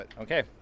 Okay